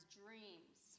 dreams